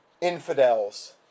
infidels